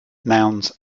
nouns